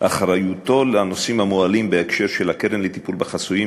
אחריותו לנושאים המועלים בהקשר של הקרן לטיפול בחסויים,